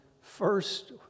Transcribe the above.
first